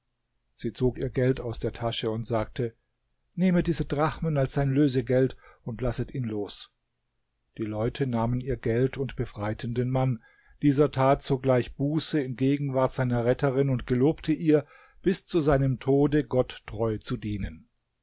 sie zog ihr geld aus der tasche und sagte nehmet diese drachmen als sein lösegeld und lasset ihn los die leute nahmen ihr geld und befreiten den mann dieser tat sogleich buße in gegenwart seiner retterin und gelobte ihr bis zu seinem tode gott treu zu dienen